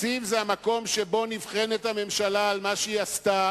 תקציב הוא המקום שבו הממשלה נבחנת על מה שהיא עשתה